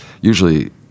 usually